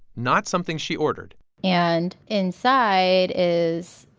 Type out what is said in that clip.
not something she ordered and inside is,